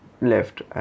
left